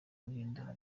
guhindura